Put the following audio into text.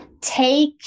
take